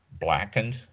blackened